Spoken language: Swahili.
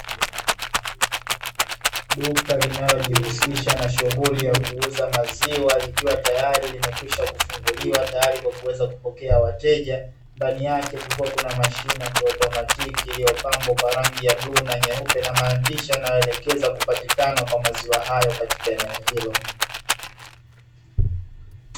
Duka linalojihusisha na shughuli ya kuuza maziwa likiwa tayari limekwisha kufunguliwa tayari kwa kuweza kupokea wateja, ndani yake kukiwa na mashine ya kiautomatiki iliyopambwa kwa rangi ya bluu na nyeupe na maandishi yanayoelekeza kupatikana kwa maziwa hayo katika eneo hilo.